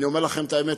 אני אומר לכם את האמת,